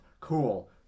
cool